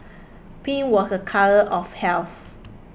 pink was a colour of health